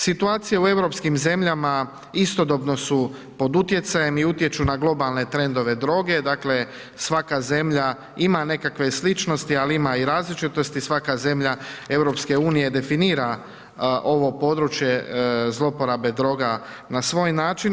Situacija u europskim zemljama istodobno su pod utjecajem i utječu na globalne trendove droge, dakle svaka zemlja ima nekakve sličnosti, ali ima i različitosti, svaka zemlja EU definira ovo područje zlouporabe droga na svoj način.